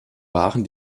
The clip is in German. waren